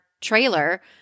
trailer